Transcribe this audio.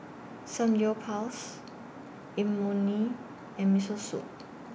Samgyeopsal Imoni and Miso Soup